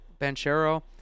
Banchero